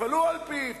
תפעלו על-פיו,